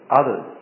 others